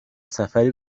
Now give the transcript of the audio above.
سفری